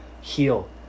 heal